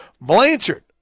Blanchard